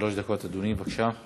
שלוש דקות, אדוני, בבקשה.